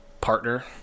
partner